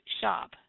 shop